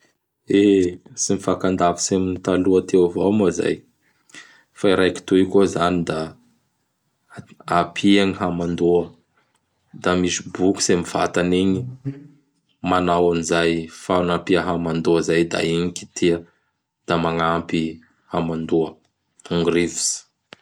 E! Tsy mifakandavitsy amin'gny taloha teo avao moa zay fa i raiky toy koa izany da apia gny hamandoa; da misy bokotsy am vatanigny manao an'izay fagnampia hamandoa izay da igny gny kitiha da magnampy hamandoa gny rivotsy.